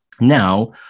Now